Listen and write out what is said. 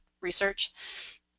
research